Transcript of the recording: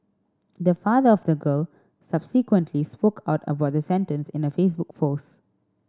the father of the girl subsequently spoke out about the sentence in a Facebook post